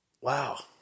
Wow